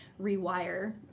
rewire